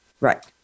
Right